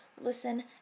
listen